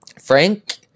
Frank